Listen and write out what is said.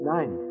Nine